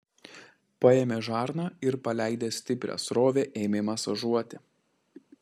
paėmė žarną ir paleidęs stiprią srovę ėmė masažuoti